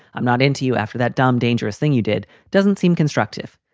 i'm not into you after that damn dangerous thing you did doesn't seem constructive.